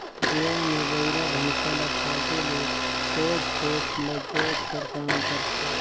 जुवा मे बइला भइसा ल फादे ले सोझ खेत ल जोत कर काम करथे